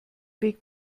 weg